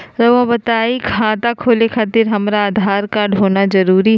रउआ बताई खाता खोले खातिर हमरा आधार कार्ड होना जरूरी है?